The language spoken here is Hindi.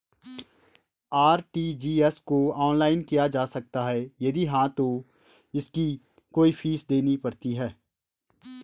आर.टी.जी.एस को ऑनलाइन किया जा सकता है यदि हाँ तो इसकी कोई फीस देनी पड़ती है?